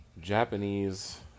Japanese